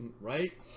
Right